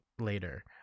later